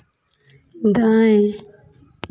दाएँ